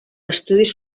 estudis